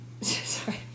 sorry